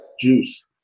juice